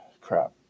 crap